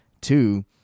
Two